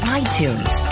iTunes